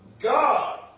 God